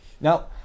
Now